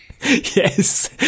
yes